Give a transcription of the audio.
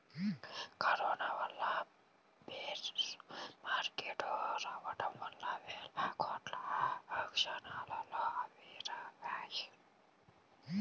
corona వల్ల bear market రావడం వల్ల వేల కోట్లు క్షణాల్లో ఆవిరయ్యాయి